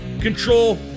control